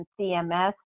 CMS